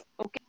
okay